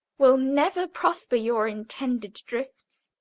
will never prosper your intended drifts,